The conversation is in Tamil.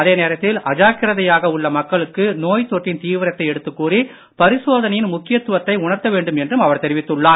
அதே நேரத்தில் அஜாக்கிரதையாக உள்ள மக்களுக்கு தொற்றின் தீவிரத்தை எடுத்துக்கூறி பரிசோதனையின் கோய் முக்கியத்துவத்தை உணர்த்த வேண்டும் என்றும் அவர் தெரிவித்துள்ளார்